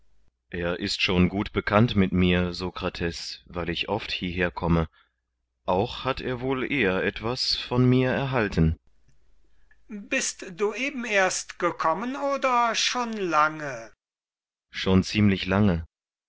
er ist schon gut bekannt mit mir sokrates weil ich oft hierher komme auch hat er wohl eher etwas von mir erhalten sokrates bist du eben erst gekommen oder schon lange da kriton schon ziemlich lange